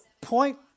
point